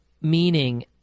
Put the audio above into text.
meaning